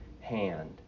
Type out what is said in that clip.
hand